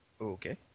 Okay